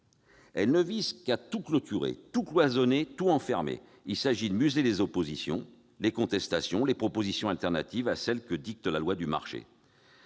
elle ne vise qu'à tout clôturer, tout cloisonner, tout enfermer ! Il s'agit de museler les oppositions, les contestations, les propositions alternatives à celles que dicte la loi du marché.